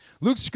Luke